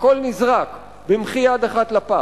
הכול נזרק במחי יד אחת לפח,